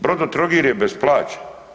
Brodotrogir je bez plaća.